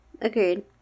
agreed